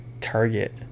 Target